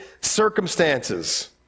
circumstances